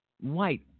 white